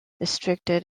restricted